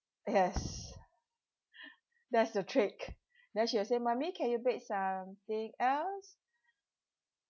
yes that's the trick then she'll say mummy can you bake something else